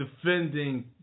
defending